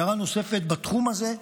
הערה נוספת בתחום הזה,